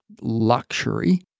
luxury